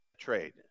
trade